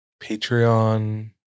Patreon